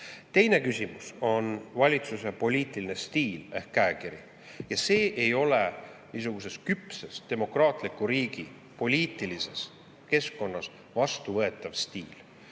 Teine küsimus on valitsuse poliitiline stiil ehk käekiri: see ei ole niisuguses demokraatliku riigi küpses poliitilises keskkonnas vastuvõetav stiil.